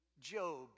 Job